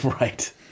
Right